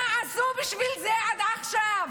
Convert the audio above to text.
מה עשו בשביל זה עד עכשיו?